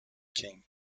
king